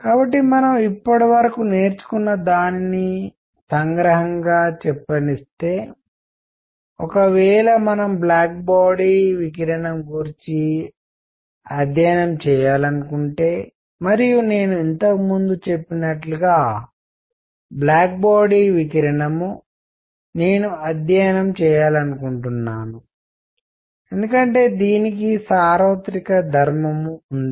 కాబట్టి మనం ఇప్పటివరకు నేర్చుకున్నదానిని సంగ్రహంగా చెప్పనివ్వండి ఒకవేళ మనము బ్లాక్ బాడీ వికిరణం గూర్చి అధ్యయనం చేయాలనుకుంటే మరియు నేను ఇంతకుముందు చెప్పినట్లుగా బ్లాక్ బాడీ వికిరణం నేను అధ్యయనం చేయాలనుకుంటున్నాను ఎందుకంటే దీనికి సార్వత్రిక ధర్మం ఉంది